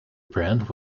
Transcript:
brand